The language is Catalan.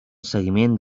seguiment